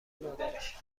مادرش